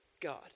God